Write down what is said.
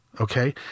okay